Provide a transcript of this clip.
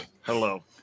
Hello